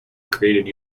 created